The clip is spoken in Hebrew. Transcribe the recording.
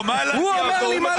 כן,